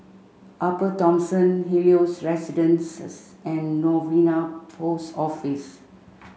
Upper Thomson Helios Residences and Novena Post Office